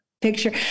picture